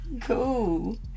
Cool